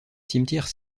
cimetière